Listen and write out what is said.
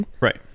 right